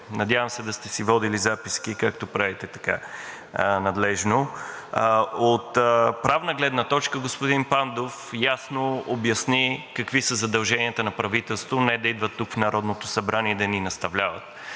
Надявам се да сте си водили записки, както правите така надлежно. От правна гледна точка господин Пандов ясно обясни какви са задълженията на правителството – не да идват тук в Народното събрание и да ни наставляват,